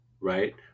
right